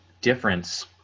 difference